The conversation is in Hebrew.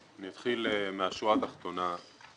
אני אתחיל מהשורה התחתונה.